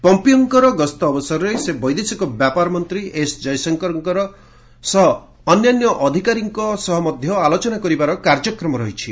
ପମ୍ପିଓଙ୍କର ଗସ୍ତ ଅବସରରେ ସେ ବୈଦେଶିକ ବ୍ୟାପାର ମନ୍ତ୍ରୀ ଏସ୍ ଜୟଶଙ୍କର ଓ ଅନ୍ୟାନ୍ୟ ସରକାରୀ ଅଧିକାରୀଙ୍କ ସହ ଆଲୋଚନା କରିବାର କାର୍ଯ୍ୟକ୍ରମ ରହିଛି